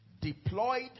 deployed